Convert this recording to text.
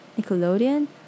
nickelodeon